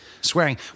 swearing